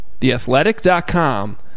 theathletic.com